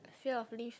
fear of lift